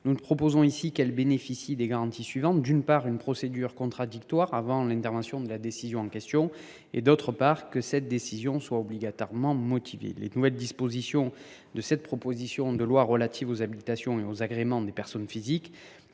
Nous proposons que celles ci bénéficient des garanties suivantes : d’une part, une procédure contradictoire avant l’intervention de la décision en question ; d’autre part, l’obligation de motivation de ladite décision. Les nouvelles dispositions de cette proposition de loi relatives aux habitations et aux agréments des personnes physiques